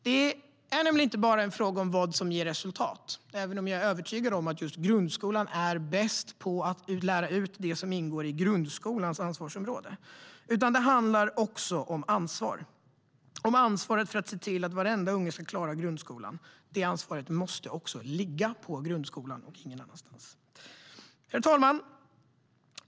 Det är nämligen inte bara en fråga om vad som ger resultat, även om jag är övertygad om att just grundskolan är bäst på att lära ut det som ingår i grundskolans ansvarsområde. Det handlar också om ansvar, om ansvar att se till att varenda unge ska klara grundskolan. Det ansvaret måste också ligga på grundskolan och ingen annanstans. Herr talman!